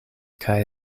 kaj